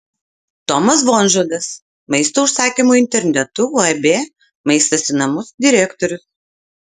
tomas vonžodas maisto užsakymo internetu uab maistas į namus direktorius